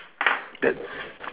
the